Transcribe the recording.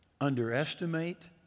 underestimate